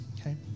okay